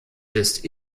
ist